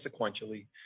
sequentially